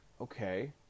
okay